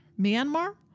myanmar